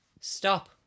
Stop